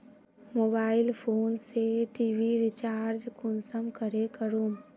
Mobile phone से TV recharge कुंसम करे करूम?